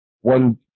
one